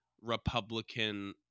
Republican